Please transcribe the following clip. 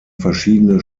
verschiedene